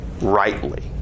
rightly